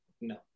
No